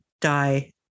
die